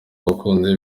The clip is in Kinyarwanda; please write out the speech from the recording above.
abakunzi